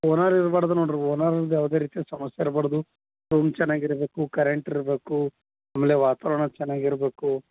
owner ಇರ್ಬಾಡ್ದು ನೋಡ್ರಿ ಓನರಿಂದ ಯಾವುದೇ ರೀತಿ ಸಮಸ್ಯೆ ಇರ್ಬಾರ್ದು ರೂಮ್ ಚೆನ್ನಾಗಿ ಇರಬೇಕು ಕರೆಂಟ್ ಇರಬೇಕು ಆಮೇಲೆ ವಾತಾವರ್ಣ ಚೆನ್ನಾಗಿ ಇರಬೇಕು